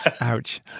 Ouch